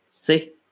See